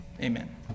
Amen